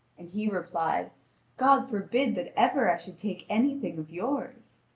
and he replied god forbid that ever i should take anything of yours!